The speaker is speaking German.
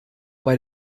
bei